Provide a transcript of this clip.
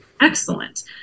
Excellent